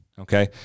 okay